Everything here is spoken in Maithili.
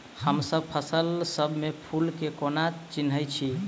हमसब फसल सब मे फूल केँ कोना चिन्है छी?